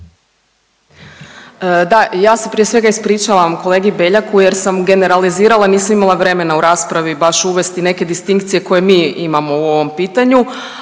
Da, ja se prije svega ispričavam kolegi Beljaku jer sam generalizirala, nisam imala vremena u raspravi baš uvesti neke distinkcije koje mi imamo u ovom pitanju.